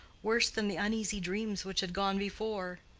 worse than the uneasy dreams which had gone before.